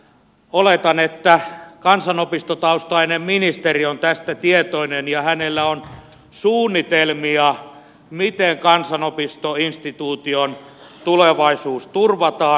oletan että kansanopistotaustainen ministeri on tästä tietoinen ja hänellä on suunnitelmia miten kansanopistoinstituution tulevaisuus turvataan